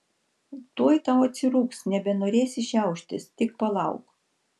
tuoj tau atsirūgs nebenorėsi šiauštis tik palauk